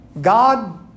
God